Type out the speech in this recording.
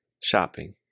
shopping